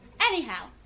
Anyhow